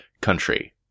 country